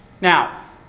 Now